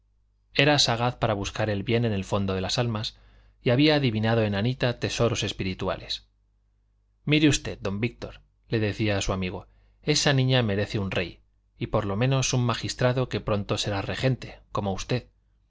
era sagaz para buscar el bien en el fondo de las almas y había adivinado en anita tesoros espirituales mire usted don víctor le decía a su amigo esa niña merece un rey y por lo menos un magistrado que pronto será regente como usted